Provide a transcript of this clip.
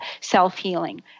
self-healing